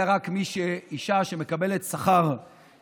אלא רק אם האישה מקבלת שכר גבוה.